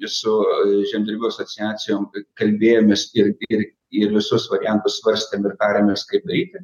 su žemdirbių asociacijom kalbėjomės ir ir ir visus variantus svarstėme ir tarėmės kaip eiti